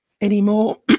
anymore